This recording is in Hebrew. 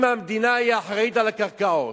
אם המדינה היא האחראית לקרקעות,